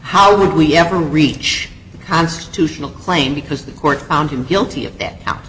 how would we ever reach the constitutional claim because the court found him guilty of that now